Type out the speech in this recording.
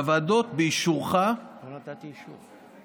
והוועדות באישורך, לא נתתי אישור.